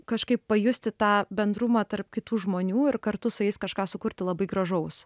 kažkaip pajusti tą bendrumą tarp kitų žmonių ir kartu su jais kažką sukurti labai gražaus